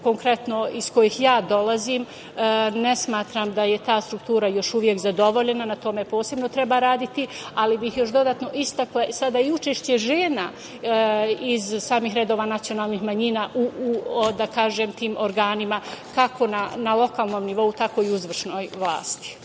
konkretno, iz kojih ja dolazim, ne smatram da je ta struktura još uvek zadovoljena. Na tome posebno treba raditi, ali bih još dodatno istakla sada i učešće žena iz samih redova nacionalnih manjina u tim organima kako na lokalnom nivou, tako i u izvršnoj vlasti.